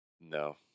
No